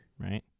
Right